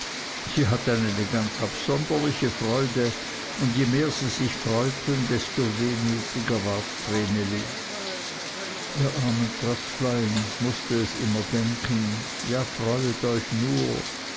sie hatten eine ganz absonderliche freude und je mehr sie sich freuten desto wehmütiger ward vreneli ihr armen tröpflein mußte es immer denken ja freuet euch nur